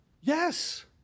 Yes